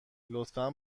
لطفا